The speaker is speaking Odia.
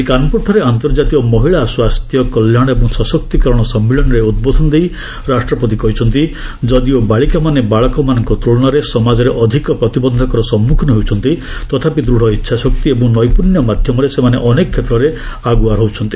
ଆଜି କାନପୁରଠାରେ ଅନ୍ତର୍ଜାତୀୟ ମହିଳା ସ୍ୱାସ୍ଥ୍ୟ କଲ୍ୟାଣ ଏବଂ ସଶକ୍ତିକରଣ ସମ୍ମିଳନୀରେ ଉଦ୍ବୋଧନ ଦେଇ ରାଷ୍ଟ୍ରପତି କହିଛନ୍ତି ଯଦିଓ ବାଳିକାମାନେ ବାଳକମାନଙ୍କ ତୁଳନାରେ ସମାଜରେ ଅଧିକ ପ୍ରତିବନ୍ଧକର ସମ୍ମୁଖୀନ ହେଉଛନ୍ତି ତଥାପି ଦୃଢ଼ ଇଚ୍ଛାଶକ୍ତି ଏବଂ ନୈପୁଣ୍ୟ ମାଧ୍ୟମରେ ସେମାନେ ଅନେକ କ୍ଷେତ୍ରରେ ଆଗୁଆ ରହୁଛନ୍ତି